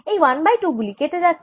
1 by 2 গুলি কেটে যাচ্ছে